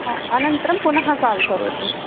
अनन्तरं पुनः काल् करोतु